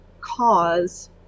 cause